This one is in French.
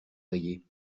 rayé